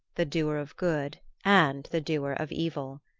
the doer of good and the doer of evil.